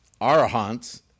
arahants